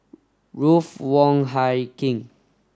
Ruth Wong Hie King